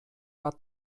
bat